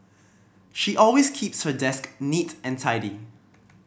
she always keeps her desk neat and tidy